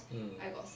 mm